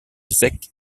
zec